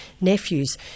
nephews